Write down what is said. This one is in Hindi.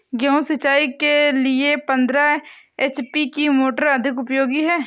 गेहूँ सिंचाई के लिए पंद्रह एच.पी की मोटर अधिक उपयोगी है?